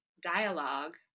dialogue